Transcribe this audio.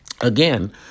Again